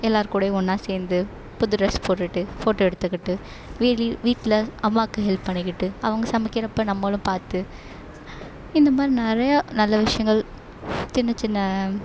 எல்லோருக்கூடையும் ஒன்றா சேர்ந்து புது ட்ரெஸ் போட்டுட்டு ஃபோட்டோ எடுத்துக்கிட்டு வீடு வீட்டில் அம்மாக்கு ஹெல்ப் பண்ணிக்கிட்டு அவங்க சமைக்கிறப்ப நம்மளும் பார்த்து இந்த மாதிரி நிறையா நல்ல விஷயங்கள் சின்ன சின்ன